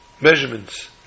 measurements